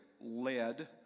led